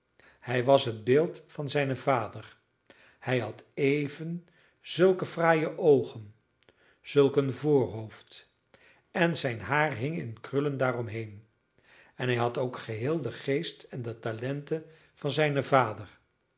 hij was het beeld van zijnen vader hij had even zulke fraaie oogen zulk een voorhoofd en zijn haar hing in krullen daaromheen en hij had ook geheel den geest en de talenten van zijnen vader